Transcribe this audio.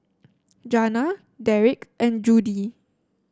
Jana Derik and Judie